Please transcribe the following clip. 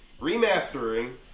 remastering